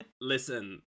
Listen